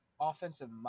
offensive